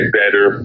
better